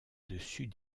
dessus